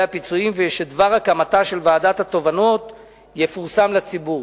הפיצויים ושדבר הקמתה של ועדת התובענות יפורסם בציבור.